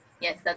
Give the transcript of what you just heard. yes